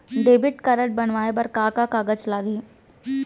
Debit card बनवाये बर का का कागज लागही?